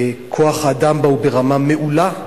וכוח-האדם בה הוא ברמה מעולה,